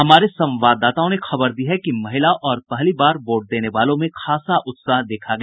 हमारे संवाददाताओं ने खबर दी है कि महिला और पहली बार वोट देने वालों में खासा उत्साह देखा गया